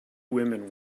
women